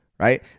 Right